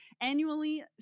Annually